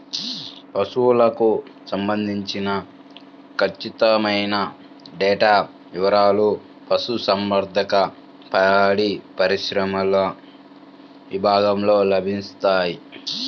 పశువులకు సంబంధించిన ఖచ్చితమైన డేటా వివారాలు పశుసంవర్ధక, పాడిపరిశ్రమ విభాగంలో లభిస్తాయి